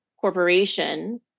corporation